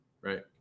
right